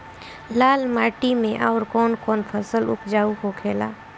लाल माटी मे आउर कौन कौन फसल उपजाऊ होखे ला?